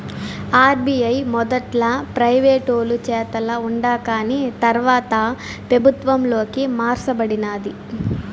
RBI మొదట్ల ప్రైవేటోలు చేతల ఉండాకాని తర్వాత పెబుత్వంలోకి మార్స బడినాది